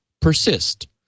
persist